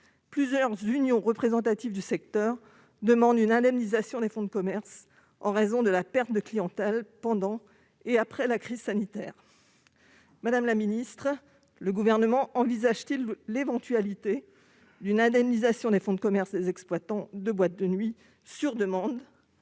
Plusieurs unions représentatives du secteur demandent une indemnisation des fonds de commerce en raison de la perte de clientèle subie pendant et après la crise sanitaire. Madame la secrétaire d'État, le Gouvernement envisage-t-il une indemnisation des fonds de commerce des exploitants de boîtes de nuit s'ils la demandent,